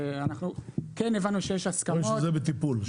הבנו שיש הסכמות --- שמעתי שזה בטיפול.